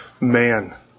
man